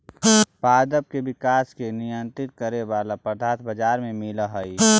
पादप के विकास के नियंत्रित करे वाला पदार्थ बाजार में मिलऽ हई